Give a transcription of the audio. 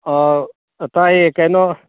ꯑꯥ ꯑꯥ ꯇꯥꯏꯌꯦ ꯀꯩꯅꯣ